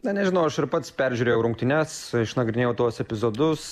na nežinau aš ir pats peržiūrėjau rungtynes išnagrinėjau tuos epizodus